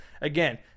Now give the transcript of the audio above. Again